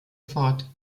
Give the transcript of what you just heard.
fort